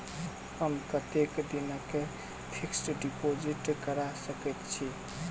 हम कतेक दिनक फिक्स्ड डिपोजिट करा सकैत छी?